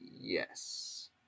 Yes